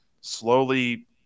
slowly